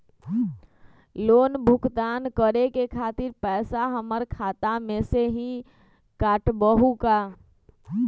Loan भुगतान करे के खातिर पैसा हमर खाता में से ही काटबहु का?